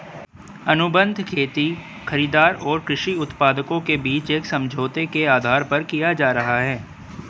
अनुबंध खेती खरीदार और कृषि उत्पादकों के बीच एक समझौते के आधार पर किया जा रहा है